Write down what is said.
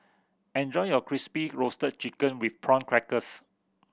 enjoy your Crispy Roasted Chicken with Prawn Crackers